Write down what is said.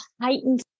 heightened